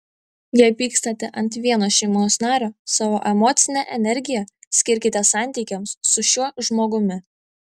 jei pykstate ant vieno šeimos nario savo emocinę energiją skirkite santykiams su šiuo žmogumi